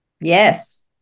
Yes